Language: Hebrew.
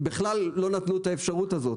בכלל לא נתנו את האפשרות הזאת,